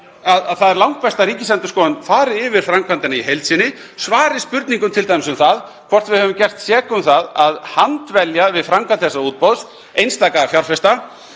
Það er langbest að Ríkisendurskoðun fari yfir framkvæmdina í heild sinni, svari spurningum t.d. um það hvort við höfum gerst sek um að handvelja við framkvæmd þessa útboðs einstaka fjárfesta.